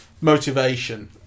motivation